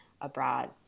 abroad